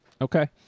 Okay